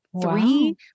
three